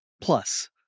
Plus